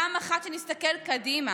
פעם אחת שנסתכל קדימה,